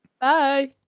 Bye